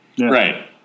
Right